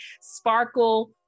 Sparkle